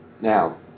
Now